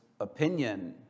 opinion